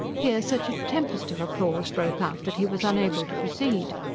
here, such a tempest of applause broke out that he was unable to proceed.